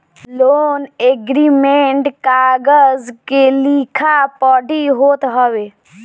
loan agreement कागज के लिखा पढ़ी होत हवे